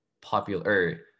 popular